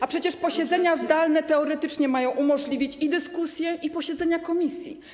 A przecież posiedzenia zdalne teoretycznie mają umożliwić i dyskusję, i same posiedzenia komisji.